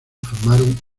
formaron